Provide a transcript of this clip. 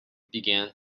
began